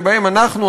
שבהם אנחנו,